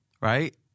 right